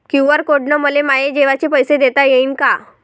QR code न मले माये जेवाचे पैसे देता येईन का?